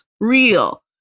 real